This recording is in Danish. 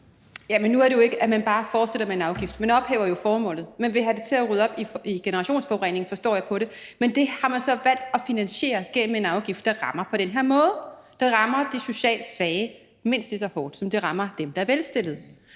Jamen nu er det jo ikke sådan, at man bare fortsætter med en afgift. Man ophæver jo formålet. Man vil have det til at rydde op i generationsforurening, forstår jeg på det, men det har man så valgt at finansiere gennem en afgift, der rammer på den her måde. Den rammer jo de socialt svage mindst lige så hårdt, som den rammer dem, der er velstillede.